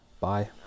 Bye